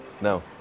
No